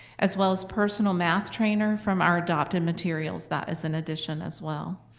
as well as personal math trainer from our adopted materials, that is an addition as well.